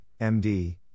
MD